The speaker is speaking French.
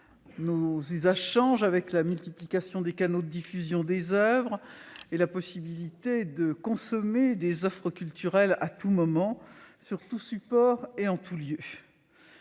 Nos usages changent, avec la multiplication des canaux de diffusion des oeuvres et la possibilité de consommer des offres culturelles à tout moment, sur tout support et en tout lieu.